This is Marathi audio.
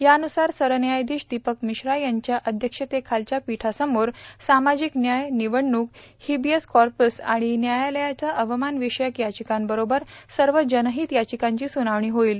यानुसार सरन्यायाधीश दीपक मिश्रा यांच्या अध्यक्षतेखालच्या पीठासमोर सामाजिक न्याय निवडणूक हिबियस कॉर्पस आणि न्यायालयाच्या अवमान विषयक याचिकांबरोबरच सर्व जनहीत याचिकांची सुनावणी होईल